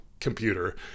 computer